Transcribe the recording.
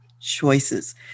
choices